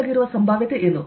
ಒಳಗೆ ಇರುವ ಸಂಭಾವ್ಯತೆ ಏನು